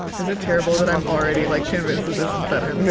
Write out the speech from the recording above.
is it terrible that i'm already like convinced that this is better